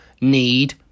need